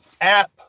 app